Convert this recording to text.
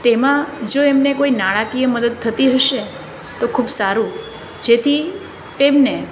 તેમાં જો એમને કોઈ નાણાકીય મદદ થતી હશે તો ખૂબ સારું જેથી તેમને